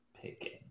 picking